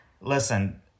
listen